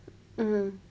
mmhmm